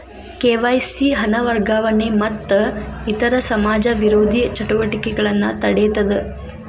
KYC ಹಣ ವರ್ಗಾವಣೆ ಮತ್ತ ಇತರ ಸಮಾಜ ವಿರೋಧಿ ಚಟುವಟಿಕೆಗಳನ್ನ ತಡೇತದ